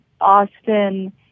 Austin